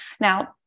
Now